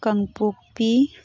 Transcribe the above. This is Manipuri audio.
ꯀꯥꯡꯄꯣꯛꯄꯤ